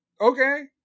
Okay